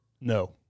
No